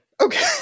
Okay